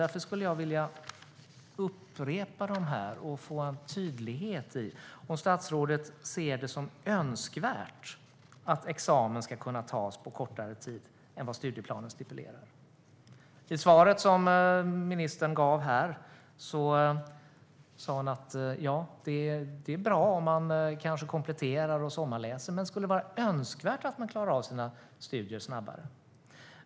Därför skulle jag vilja upprepa dem och få tydliggjort om statsrådet ser det som önskvärt att examen ska kunna tas på kortare tid än vad studieplanen stipulerar. I ministerns svar här sa hon att det är bra om man kompletterar och sommarläser. Men skulle det vara önskvärt att man klarar av sina studier snabbare?